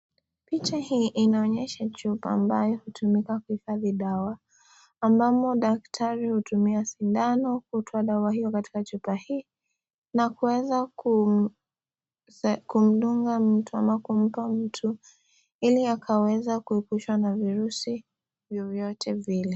Picha hii inaonyesha chupa ambzyo hutumika kuhifadi dawa ambamo daktari hutumia sindano kutoa dawa hiyo katika chupa hii na kuweza kumdunga mtu ama kuumba mtu ili akaweza kuepusha mavirusi vyovyote vile.